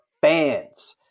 fans